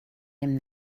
dem